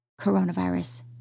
coronavirus